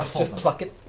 just pluck it.